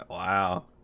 Wow